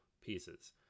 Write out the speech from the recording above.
pieces